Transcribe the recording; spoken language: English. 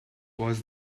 was